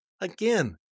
Again